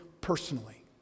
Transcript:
personally